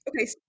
Okay